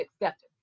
accepted